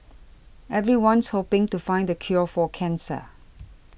everyone's hoping to find the cure for cancer